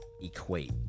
equate